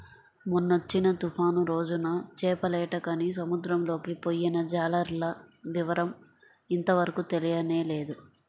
మొన్నొచ్చిన తుఫాను రోజున చేపలేటకని సముద్రంలోకి పొయ్యిన జాలర్ల వివరం ఇంతవరకు తెలియనేలేదు